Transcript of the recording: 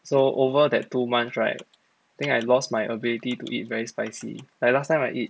so over that two months right think I lost my ability to eat very spicy like last time I eat